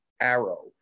Arrow